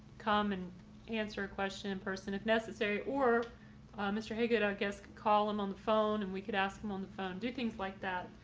come and answer a question in person if necessary, or mr. haygood, i guess, call him on the phone and we could ask him on the phone, do things like that?